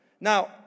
Now